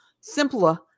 simpler